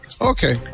Okay